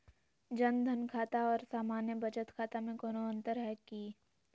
जन धन खाता और सामान्य बचत खाता में कोनो अंतर है की?